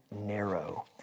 narrow